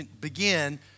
begin